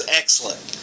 excellent